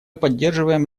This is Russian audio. поддерживаем